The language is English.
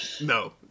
No